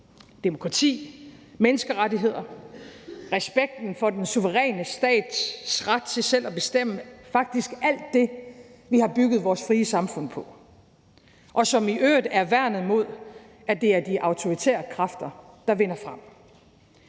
demokrati, menneskerettigheder, respekten for den suveræne stats ret til selv at bestemme, faktisk alt det, som vi har bygget vores frie samfund på, og som i øvrigt er værnet mod, at det er de autoritære kræfter, der vinder frem.